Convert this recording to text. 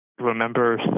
remember